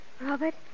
Robert